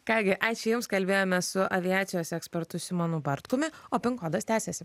ką gi ačiū jums kalbėjome su aviacijos ekspertu simonu bartkumi o pin kodas tęsiasi